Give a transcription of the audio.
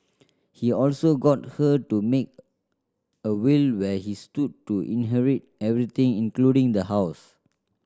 he also got her to make a will where he stood to inherit everything including the house